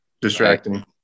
distracting